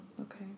okay